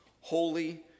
holy